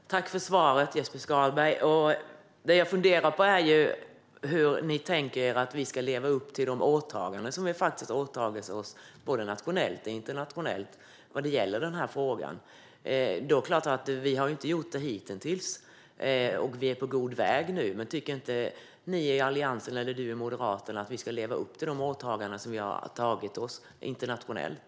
Herr talman! Tack för svaret, Jesper Skalberg Karlsson! Det jag funderar på är hur ni tänker er att vi ska leva upp till de åtaganden som vi har gjort i den här frågan, både nationellt och internationellt. Vi har inte gjort det hittills. Vi är på god väg nu, men tycker inte ni i Alliansen eller ni i Moderaterna att vi ska leva upp till de åtaganden som vi har gjort internationellt?